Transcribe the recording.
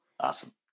Awesome